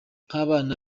nk’abana